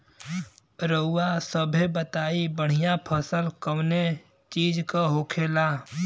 रउआ सभे बताई बढ़ियां फसल कवने चीज़क होखेला?